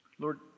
Lord